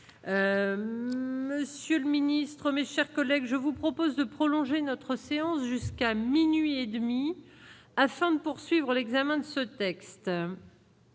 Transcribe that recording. monsieur le ministre, mais, chers collègues, je vous propose de prolonger notre séance jusqu'à minuit et demi, afin de poursuivre l'examen de ce texte.